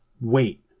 wait